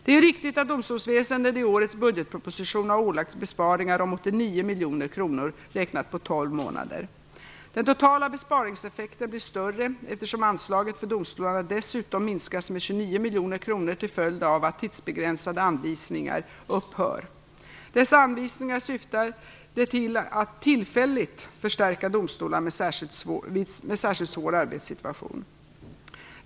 Det är riktigt att domstolsväsendet i årets budgetproposition har ålagts besparingar om 89 miljoner kronor räknat på tolv månader. Den totala besparingseffekten blir större eftersom anslaget för domstolarna dessutom minskas med 29 miljoner kronor till följd av att tidsbegränsade anvisningar upphör. Dessa anvisningar syftade till att tillfälligt förstärka domstolar med särskilt svår arbetssituation.